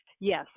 Yes